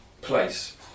place